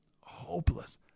hopeless